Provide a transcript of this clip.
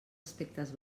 aspectes